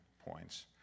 points